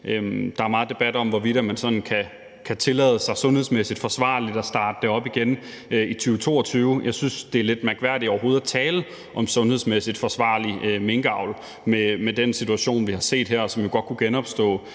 Der er meget debat om, hvorvidt man kan tillade sig, altså om det er sundhedsmæssigt forsvarligt, at starte op igen i 2022. Jeg synes, det er lidt mærkværdigt overhovedet at tale om sundhedsmæssig forsvarlig minkavl med den situation, vi har set her, og som jo godt kunne genopstå,